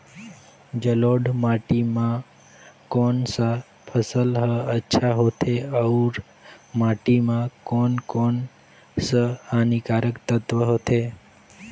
जलोढ़ माटी मां कोन सा फसल ह अच्छा होथे अउर माटी म कोन कोन स हानिकारक तत्व होथे?